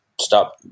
Stop